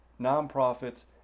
nonprofits